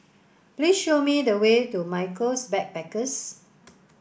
please show me the way to Michaels Backpackers